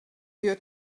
your